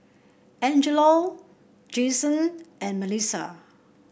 Angella Jaxon and Melissa